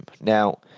Now